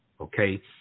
okay